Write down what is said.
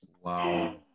Wow